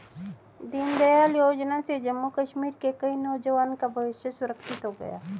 दीनदयाल योजना से जम्मू कश्मीर के कई नौजवान का भविष्य सुरक्षित हो गया